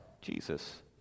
Jesus